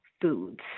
foods